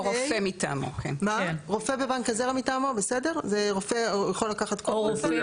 זה רופא, יכול לקחת כל רופא?